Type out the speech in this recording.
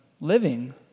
living